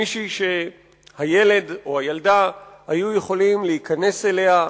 מישהי שהילד או הילדה היו יכולים להיכנס אליה,